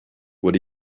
what